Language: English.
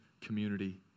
community